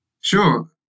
Sure